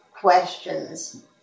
questions